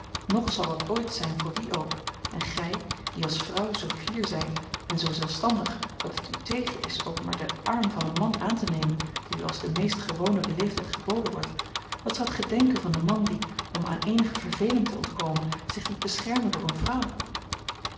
noch zal dat ooit zijn voor wie ook en gij die als vrouw zoo fier zijt en zoo zelfstandig dat het u tegen is ook maar den arm van een man aan te nemen die u als de meest gewone beleefdheid geboden wordt wat zoudt gij denken van den man die om aan eenige verveling te ontkomen zich liet beschermen door eene vrouw